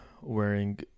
wearing